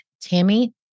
Tammy